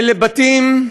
אלה בתים,